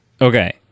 Okay